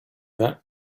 that